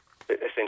essentially